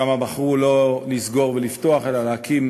שם בחרו לא לסגור ולפתוח אלא להקים